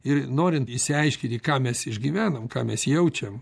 ir norint išsiaiškinti ką mes išgyvenam ką mes jaučiam